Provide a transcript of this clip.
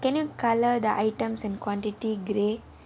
can you colour the items and quantity grey